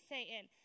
Satan